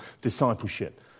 discipleship